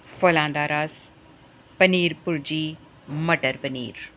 ਫਲਾਂ ਦਾ ਰਸ ਪਨੀਰ ਭੁਰਜੀ ਮਟਰ ਪਨੀਰ